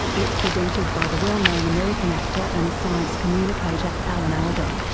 it's presented by the well-known american actor and science communicator alan alda.